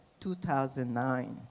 2009